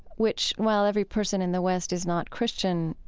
which, while every person in the west is not christian,